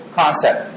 concept